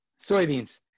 soybeans